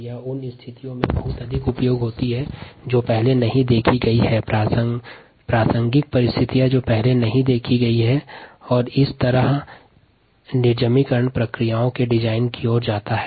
यह उन स्थितियों में बहुत अधिक उपयोगी बनाता है जो प्रासंगिक परिस्थितियां पहले नहीं देखी गई हैं और यही निर्जमिकरण प्रक्रिया के रुपरेखा का प्रमुख आधार होता है